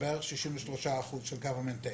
בערך שהוא בערך 63% של government take.